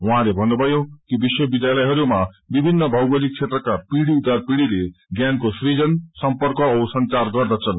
उहाँले भन्नुभयो कि विश्वविध्यालयहरूमा विभिन्न भौगोलिक क्षेत्रका पीढ़ी दर पीढ़ीले ज्ञानको सृजन सर्म्पक औ संचचार गर्दछन्